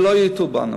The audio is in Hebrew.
שלא יטעו בנו.